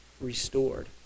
restored